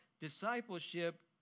discipleship